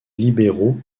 libéraux